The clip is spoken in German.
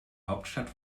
hauptstadt